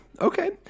Okay